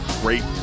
great